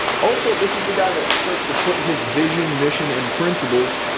also, this is the guy that starts to put his vision mission and principles,